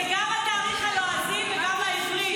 זה גם התאריך הלועזי וגם העברי,